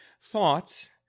thoughts